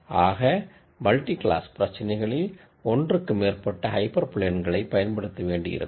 ஆக multi class பிரச்சினைகளில் ஒன்றுக்கு மேற்பட்ட ஹைப்பர் பிளேன் பயன்படுத்தவேண்டியிருக்கும்